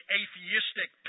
atheistic